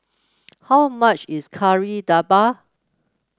how much is Kari Debal